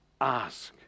Ask